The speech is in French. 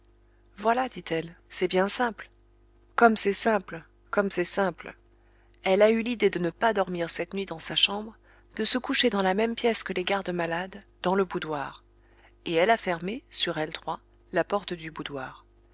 voilà dit-elle c'est bien simple comme c'est simple comme c'est simple elle a eu l'idée de ne pas dormir cette nuit dans sa chambre de se coucher dans la même pièce que les gardes-malades dans le boudoir et elle a fermé sur elles trois la porte du boudoir